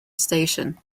station